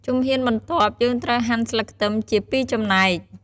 ជំហានបន្ទាប់ យើងត្រូវហាន់ស្លឹកខ្ទឹមជាពីរចំណែក។